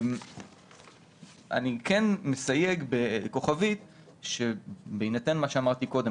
אני כן מסייג בכוכבית שבהינתן מה שאמרתי קודם